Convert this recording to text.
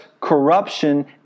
corruption